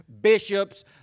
bishops